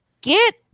Get